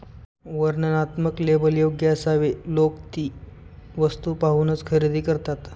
वर्णनात्मक लेबल योग्य असावे लोक ती वस्तू पाहूनच खरेदी करतात